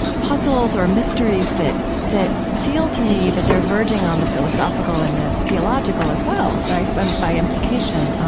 puzzles or mysteries that that feel to me that they're verging on the philosophical and the theological as well, right, by by implication.